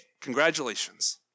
congratulations